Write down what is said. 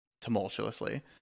tumultuously